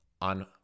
on